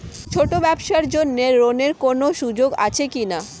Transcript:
ছোট ব্যবসার জন্য ঋণ এর কোন সুযোগ আছে কি না?